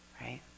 right